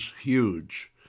huge